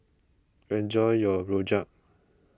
enjoy your Rojak